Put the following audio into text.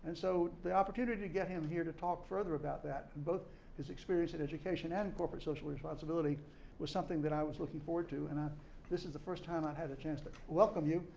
and so the opportunity to get him here to talk further about that and both his experience in education and in corporate social responsibility was something that i was looking forward to and this is the first time i had a chance to welcome you.